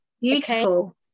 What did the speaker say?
Beautiful